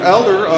Elder